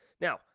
now